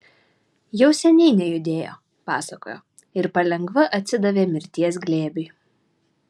jau seniai nejudėjo pasakojo ir palengva atsidavė mirties glėbiui